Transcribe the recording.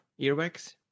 earwax